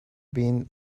been